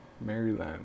Maryland